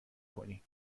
کنی